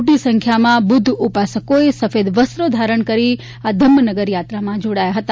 મોટી સંખ્યામાં બુધ્ધ ઉપાસકોએ સફેદ વસ્ત્રો ધારણ કરી આ ધમ્મ નગર યાત્રામાં જોડાયા હતા